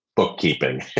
Bookkeeping